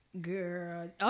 Girl